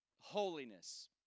holiness